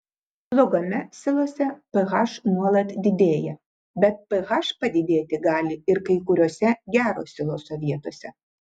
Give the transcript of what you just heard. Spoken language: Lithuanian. blogame silose ph nuolat didėja bet ph padidėti gali ir kai kuriose gero siloso vietose